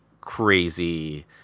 crazy